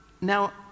now